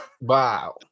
wow